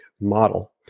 model